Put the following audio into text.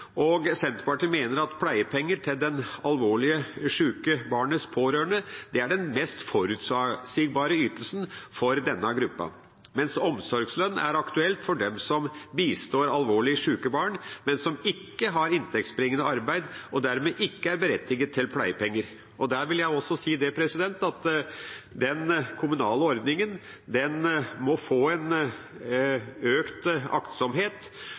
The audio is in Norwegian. sjuke barnets pårørende er den mest forutsigbare ytelsen for denne gruppen, mens omsorgslønn er aktuelt for dem som bistår alvorlig sjuke barn, men som ikke har inntektsbringende arbeid og dermed ikke er berettiget til pleiepenger. Den kommunale ordningen må få økt aktsomhet, for dette vil